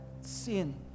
sin